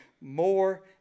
more